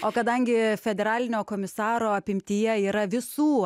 o kadangi federalinio komisaro apimtyje yra visų